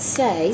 say